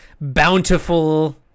bountiful